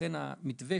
לכן המתווה